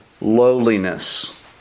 lowliness